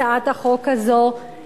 הצעת החוק הזאת,